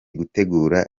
gutegura